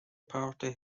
party